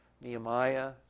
Nehemiah